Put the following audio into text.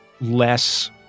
less